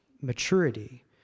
maturity